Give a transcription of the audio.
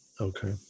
Okay